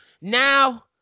Now